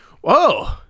Whoa